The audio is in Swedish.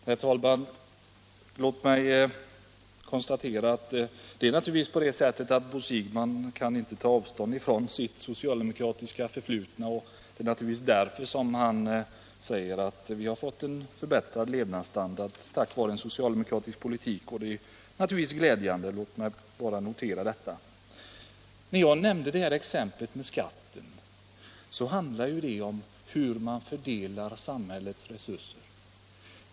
Herr talman! Låt mig konstatera att det naturligtvis är på det sättet att Bo Siegbahn inte kan ta avstånd från sitt socialdemokratiska förflutna och därför säger han att vi har fått en förbättrad levnadsstandard tack vare en socialdemokratisk politik. Det är naturligtvis glädjande; låt mig bara notera detta. Mitt exempel med skatten handlar om hur man fördelar samhällets resurser.